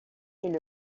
est